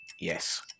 Yes